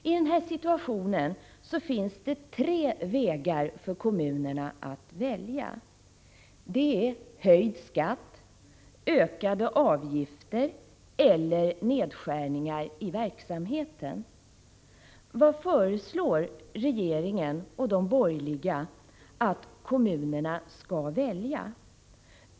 I den här situationen finns det tre vägar för kommunerna att välja: höjd skatt, ökade avgifter eller nedskärningar i verksamheten. Vad föreslår regeringen och de borgerliga att kommunerna skall välja?